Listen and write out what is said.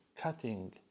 cutting